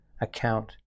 account